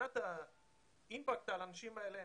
מבחינת האימפקט על האנשים האלה,